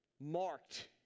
marked